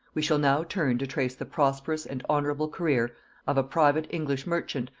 we shall now turn to trace the prosperous and honorable career of a private english merchant,